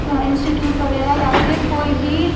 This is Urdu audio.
انسٹیٹیوٹ وغیرہ یا پھر کوئی بھی